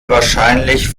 wahrscheinlich